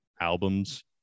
albums